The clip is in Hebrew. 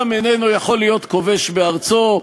עם אינו יכול להיות כובש בארצו.